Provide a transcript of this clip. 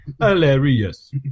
hilarious